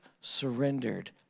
surrendered